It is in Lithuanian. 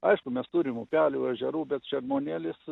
aišku mes turim upelių ežerų bet šermuonėlis